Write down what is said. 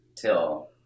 till